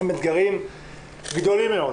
עם אתגרים גדולים מאוד.